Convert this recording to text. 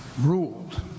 ruled